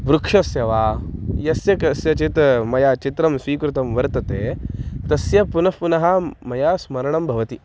वृक्षस्य वा यस्य कस्यचित् मया चित्रं स्वीकृतं वर्तते तस्य पुनः पुनः मया स्मरणं भवति